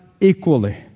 equally